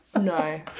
No